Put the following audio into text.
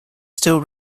still